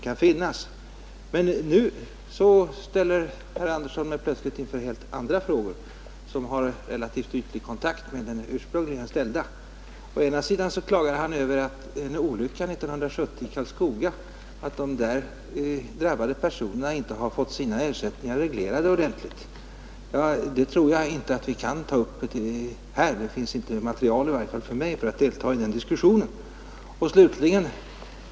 Men nu ställer herr Andersson mig plötsligt inför helt andra frågor, som har relativt ytlig kontakt med den ursprungliga. Till att börja med klagade han över att de personer som skadades vid en olycka i Karlskoga 1970 inte har fått sina ersättningar reglerade ordentligt. Det tror jag inte vi kan ta upp här. Jag har i varje fall inte material för att delta i en sådan diskussion.